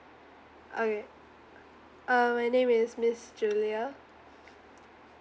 okay uh my name is miss julia